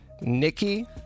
Nikki